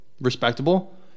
Respectable